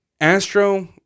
Astro